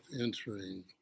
entering